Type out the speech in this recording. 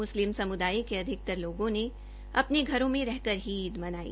मुस्लिम समुदाय के अधिकतर लोगों ने अपने घरों में रहकर ही ईद मनाई